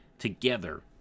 together